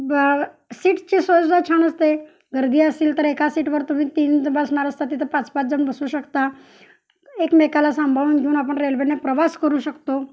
ब सीटची सोयसुद्धा छान असते गर्दी असेल तर एका सीटवर तुम्ही तीन बसणार असता तिथं पाच पाच जण बसू शकता एकमेकाला सांभाळून घेऊन आपण रेल्वेने प्रवास करू शकतो